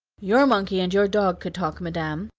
your monkey and your dog could talk, madam,